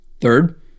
Third